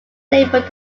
labeled